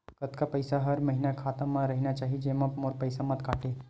कतका पईसा हर महीना खाता मा रहिना चाही जेमा मोर पईसा मत काटे?